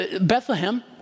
Bethlehem